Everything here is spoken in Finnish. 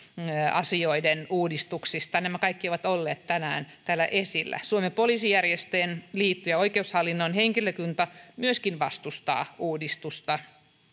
asioiden uudistuksista nämä kaikki ovat olleet tänään täällä esillä myöskin suomen poliisijärjestöjen liitto ja oikeushallinnon henkilökunta vastustavat uudistusta